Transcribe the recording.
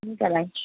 हुन्छ भाइ